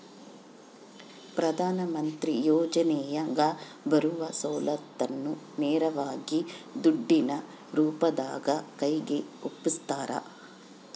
ಪ್ರಧಾನ ಮಂತ್ರಿ ಯೋಜನೆಯಾಗ ಬರುವ ಸೌಲತ್ತನ್ನ ನೇರವಾಗಿ ದುಡ್ಡಿನ ರೂಪದಾಗ ಕೈಗೆ ಒಪ್ಪಿಸ್ತಾರ?